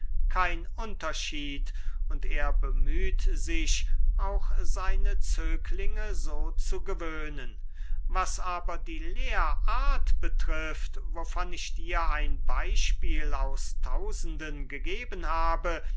kein unterschied und er bemüht sich auch seine zöglinge so zu gewöhnen was aber die lehrart betrifft wovon ich dir ein beyspiel aus tausenden gegeben habe